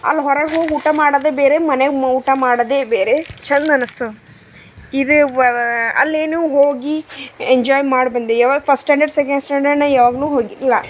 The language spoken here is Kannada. ಅಲ್ಲಿ ಹೊರಗೆ ಹೋಗಿ ಊಟ ಮಾಡೋದೇ ಬೇರೆ ಮನೆಗೆ ಮು ಊಟ ಮಾಡೋದೇ ಬೇರೆ ಛಂದ ಅನಿಸ್ತದ ಇದೇ ಅಲ್ಲೇನು ಹೋಗಿ ಎಂಜಾಯ್ ಮಾಡಿ ಬಂದು ಯಾವಾಗ ಫಸ್ಟ್ ಸ್ಟ್ಯಾಂಡರ್ಡ್ ಸೆಕೆಂಡ್ ಸ್ಟ್ಯಾಂಡರ್ಡ್ ನಾ ಯಾವಾಗಲೂ ಹೋಗಿಲ್ಲ